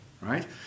right